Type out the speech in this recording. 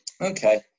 Okay